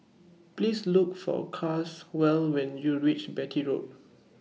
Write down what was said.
Please Look For Caswell when YOU REACH Beatty Road